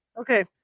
Okay